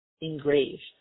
engraved